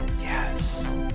Yes